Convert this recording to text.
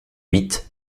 huit